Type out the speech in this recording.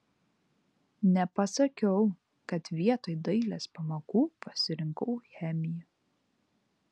nepasakiau kad vietoj dailės pamokų pasirinkau chemiją